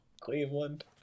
Cleveland